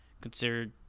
considered